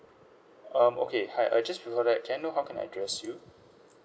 um okay hi uh just before that can I know how can I address you